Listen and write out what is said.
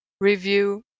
review